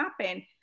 happen